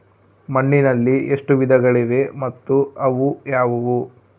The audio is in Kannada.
ಮಣ್ಣಿನಲ್ಲಿ ಎಷ್ಟು ವಿಧಗಳಿವೆ ಮತ್ತು ಅವು ಯಾವುವು?